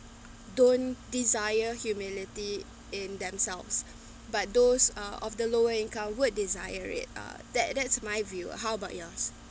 don't desire humility in themselves but those uh of the lower income would desire it ah that that's my view how about yours